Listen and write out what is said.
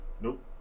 Nope